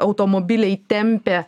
automobiliai tempia